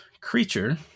creature